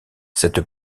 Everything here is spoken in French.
cette